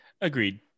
Agreed